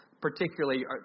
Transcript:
particularly